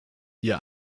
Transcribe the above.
ihr